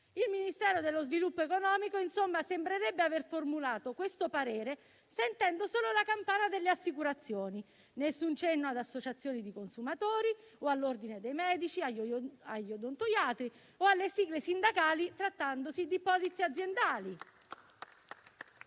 Il Ministero dello sviluppo economico, insomma, sembrerebbe aver formulato questo parere sentendo solo la campana delle assicurazioni: nessun cenno alle associazioni di consumatori o all'ordine dei medici, agli odontoiatri o alle sigle sindacali, trattandosi di polizze aziendali.